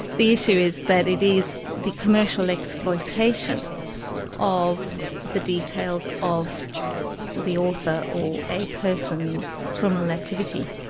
the issue is that it is the commercial exploitation of the details of the author or a person's criminal activity.